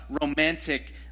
romantic